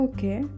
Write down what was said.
Okay